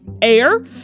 air